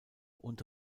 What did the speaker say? und